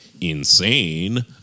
insane